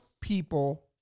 people